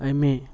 अइमे